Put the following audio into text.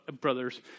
brothers